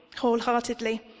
wholeheartedly